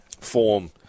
form